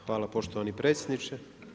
Hvala poštovani predsjedniče.